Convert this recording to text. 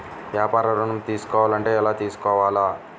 వ్యాపార ఋణం తీసుకోవాలంటే ఎలా తీసుకోవాలా?